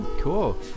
Cool